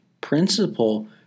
principle